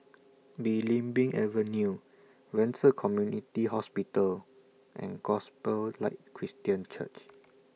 Belimbing Avenue Ren Ci Community Hospital and Gospel Light Christian Church